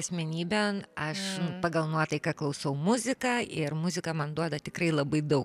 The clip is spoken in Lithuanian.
asmenybė aš pagal nuotaiką klausau muziką ir muzika man duoda tikrai labai daug